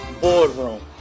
boardroom